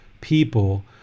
people